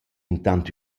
intant